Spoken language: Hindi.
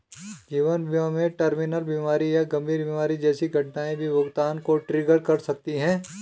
जीवन बीमा में टर्मिनल बीमारी या गंभीर बीमारी जैसी घटनाएं भी भुगतान को ट्रिगर कर सकती हैं